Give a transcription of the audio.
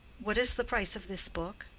what is the price of this book?